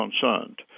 concerned